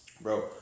Bro